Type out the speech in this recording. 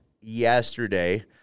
yesterday